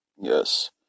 Yes